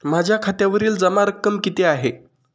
माझ्या खात्यावरील जमा रक्कम किती आहे?